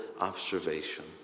observation